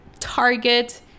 Target